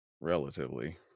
relatively